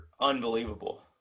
unbelievable